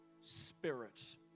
spirit